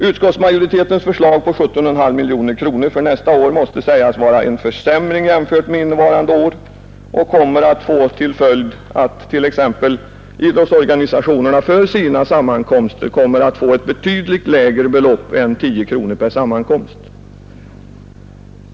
Utskottsmajoritetens förslag på 17,5 miljoner kronor för nästa år måste sägas vara en försämring jämfört med vad som gäller för innevarande år och medför att t.ex. idrottsorganisationerna kommer att få ett betydligt lägre belopp än 10 kronor per sammankomst.